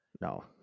No